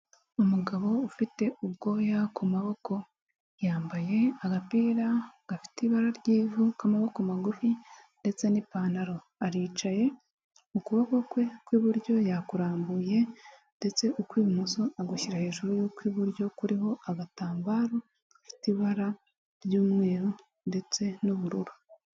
Umugabo ufite ubwoya ku maboko, yambaye agapira gafite ibara ry'ivu, k'amaboko magufi, ndetse n'ipantaro. Aricaye , ukuboko kwe kw'iburyo yakurambuye, ndetse ukw'ibumoso agushyira hejuru y'ukw'iburyo, kuriho agatambaro gafite ibara ry'umweru ndetse n'ubururu.